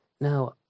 Now